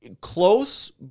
Close